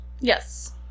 Yes